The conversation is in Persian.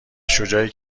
شجاعی